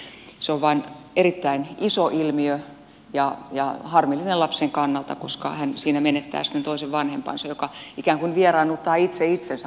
se on vain erittäin iso ilmiö ja harmillinen lapsen kannalta koska hän siinä menettää sitten toisen vanhempansa joka ikään kuin vieraannuttaa itse itsensä lapsestaan